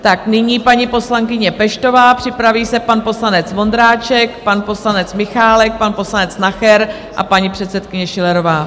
Tak nyní paní poslankyně Peštová, připraví se pan poslanec Vondráček, pan poslanec Michálek, pan poslanec Nacher a paní předsedkyně Schillerová.